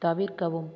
தவிர்க்கவும்